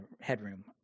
headroom